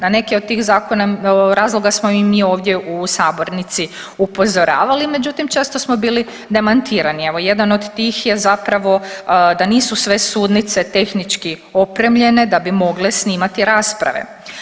Na neke od tih zakona, razloga smo i mi ovdje u sabornici upozoravali međutim često smo bili demantirani, evo jedan od tih je zapravo da nisu sve sudnice tehnički opremljene da bi mogle snimati rasprave.